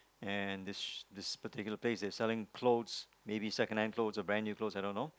and there's there's particular place that's selling clothes maybe secondhand clothes or brand new clothes I don't know